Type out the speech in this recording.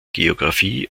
geographie